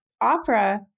opera